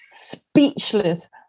speechless